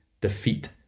defeat